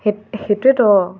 সেই সেইটোৱেতো